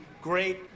Great